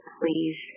please